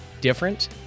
different